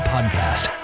Podcast